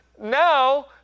now